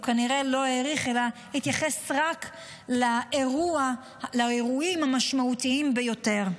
כנראה לא האריך אלא התייחס רק לאירועים המשמעותיים ביותר.